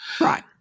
Right